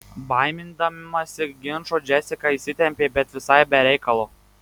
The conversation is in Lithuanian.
baimindamasi ginčo džesika įsitempė bet visai be reikalo